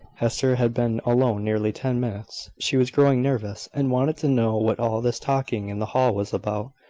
hester had been alone nearly ten minutes she was growing nervous, and wanted to know what all this talking in the hall was about.